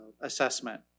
assessment